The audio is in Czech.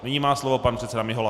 Nyní má slovo pan předseda Mihola.